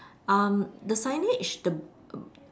um the signage the b~